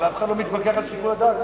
ואף אחד לא מתווכח על שיקול הדעת.